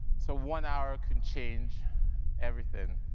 so one hour can change everything.